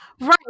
Right